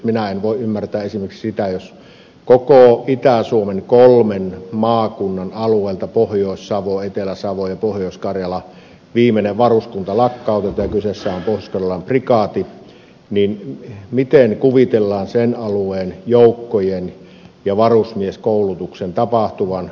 minä en voi ymmärtää esimerkiksi sitä jos koko itä suomen kolmen maakunnan alueelta pohjois savo etelä savo ja pohjois karjala viimeinen varuskunta lakkautetaan ja kyseessä on pohjois karjalan prikaati niin miten kuvitellaan sen alueen joukkojen ja varusmieskoulutuksen tapahtuvan